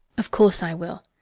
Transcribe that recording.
of course i will.